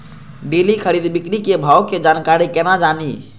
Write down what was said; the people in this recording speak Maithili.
डेली खरीद बिक्री के भाव के जानकारी केना जानी?